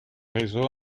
réseau